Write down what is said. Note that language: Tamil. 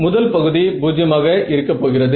முதல் பகுதி 0 ஆக இருக்க போகிறது